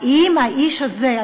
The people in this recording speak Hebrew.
האם האיש הזה,